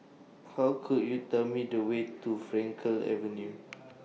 How Could YOU Tell Me The Way to Frankel Avenue